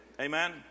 amen